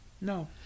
No